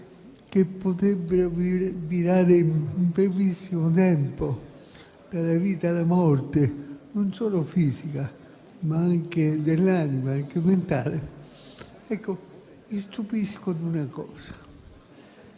che potrebbero virare in brevissimo tempo dalla vita alla morte non solo fisica, ma anche dell'anima e mentale. Mi stupisco però di una cosa: